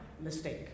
Mistake